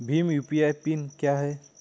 Bhim UPI pin क्या है?